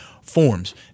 forms